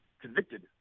convicted